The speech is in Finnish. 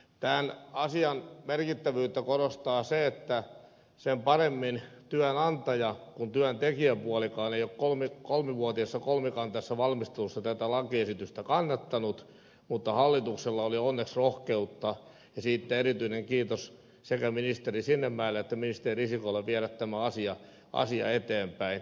tämän asian merkittävyyttä korostaa se että sen paremmin työnantaja kuin työntekijäpuolikaan ei ole kolmivuotisessa kolmikantaisessa valmistelussa tätä lakiesitystä kannattanut mutta hallituksella oli onneksi rohkeutta ja siitä erityinen kiitos sekä ministeri sinnemäelle että ministeri risikolle viedä tämä asia eteenpäin